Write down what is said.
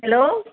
hello